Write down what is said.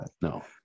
No